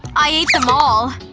i ah um all.